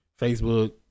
Facebook